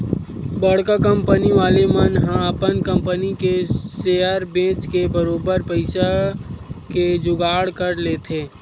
बड़का कंपनी वाले मन ह अपन कंपनी के सेयर बेंच के बरोबर पइसा के जुगाड़ कर लेथे